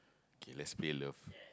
K lets play love